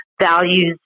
values